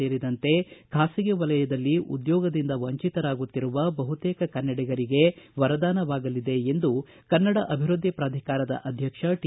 ಸೇರಿದಂತೆ ಖಾಸಗಿ ವಲಯದಲ್ಲಿ ಉದ್ಯೋಗದಿಂದ ವಂಚತರಾಗುತ್ತಿರುವ ಬಹುತೇಕ ಕನ್ನಡಿಗರಿಗೆ ವರದಾನವಾಗಲಿದೆ ಎಂದು ಕನ್ನಡ ಅಭಿವೃದ್ದಿ ಪ್ರಾಧಿಕಾರದ ಅಧ್ಯಕ್ಷ ಟಿ